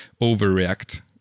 overreact